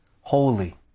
Holy